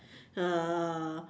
uh